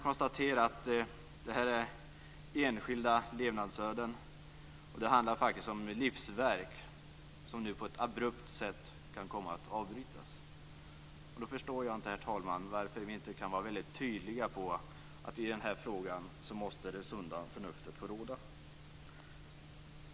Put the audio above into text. Det är fråga om enskilda levnadsöden och livsverk som på ett abrupt sätt kan komma att avbrytas. Då förstår jag inte varför vi inte kan vara tydliga om att i denna fråga måste det sunda förnuftet få råda.